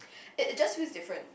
it just feels different